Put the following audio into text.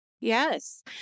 Yes